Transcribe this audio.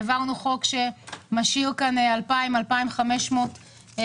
העברנו חוק שמשאיר כאן כ-2,500 עובדים